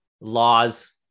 laws